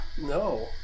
No